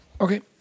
Okay